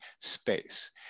space